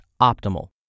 optimal